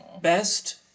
Best